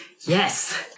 Yes